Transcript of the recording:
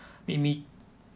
made me